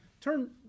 turn